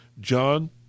john